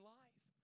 life